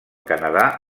canadà